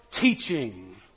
teaching